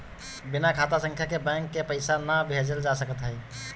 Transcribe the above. बिना खाता संख्या के बैंक के पईसा ना भेजल जा सकत हअ